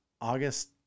august